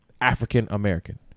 African-American